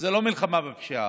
זאת לא מלחמה בפשיעה.